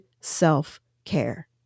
self-care